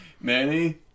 Manny